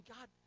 God